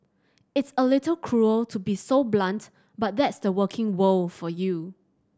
it's a little cruel to be so blunt but that's the working world for you